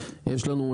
יש לנו,